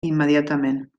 immediatament